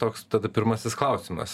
ir toks tada pirmasis klausimas